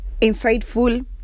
insightful